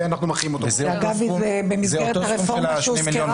הוא לא הופך את ועדת חוקה --- יש את סעיף ב'.